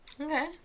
Okay